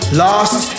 lost